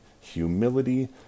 humility